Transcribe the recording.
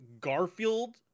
Garfield